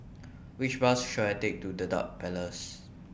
Which Bus should I Take to Dedap Place